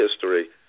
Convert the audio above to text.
history